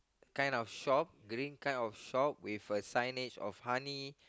kind of shop green kind of shop with a sign edge of honey